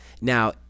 now